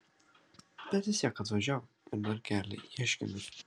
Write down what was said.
bet vis tiek atvažiavo ir dar kelia ieškinius